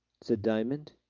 said diamond.